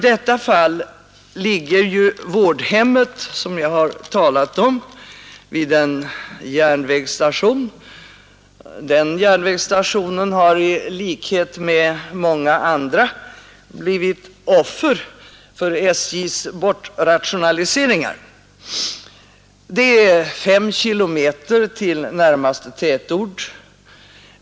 Det vårdhem som jag har talat om ligger vid en järnvägsstation, vilken i likhet med många andra blivit offer för SJ:s bortrationaliseringar. Det är 5 km till närmaste tätort.